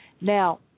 Now